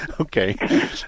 Okay